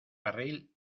barril